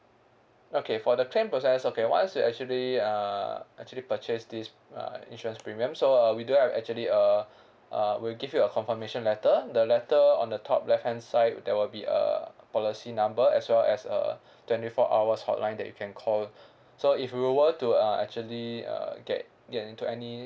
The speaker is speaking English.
okay for the claim process okay once you actually uh actually purchase this uh insurance premium so uh we do have actually uh uh we'll give you a confirmation letter the letter on the top left hand side there will be a policy number as well as uh twenty four hours hotline that you can call so if you were to uh actually uh get get into any